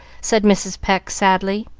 said mrs. pecq, sadly.